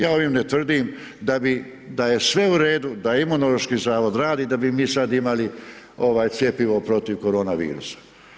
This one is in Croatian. Ja ovim ne tvrdim da bi, da je sve u redu, da Imunološki zavod radi da bi mi sad imali ovaj cjepivo protiv koronavirusa.